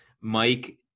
Mike